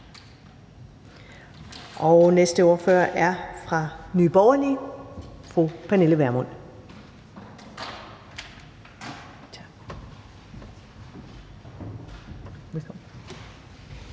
Næste ordfører er fra Nye Borgerlige. Fru Pernille Vermund.